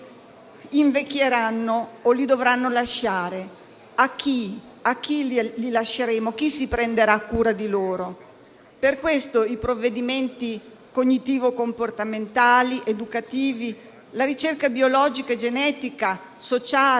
invecchieranno o li dovranno lasciare. A chi? A chi li lasceranno? Chi si prenderà cura di loro? Per questo i provvedimenti cognitivo-comportamentali educativi, la ricerca biologica, genetica e sociale,